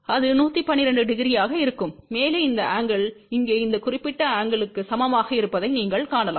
அது 1120 ஆக இருக்கும் மேலும் இந்த ஆங்கிள் இங்கே இந்த குறிப்பிட்ட ஆங்கிள்கு சமமாக இருப்பதை நீங்கள் காணலாம்